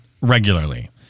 regularly